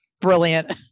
Brilliant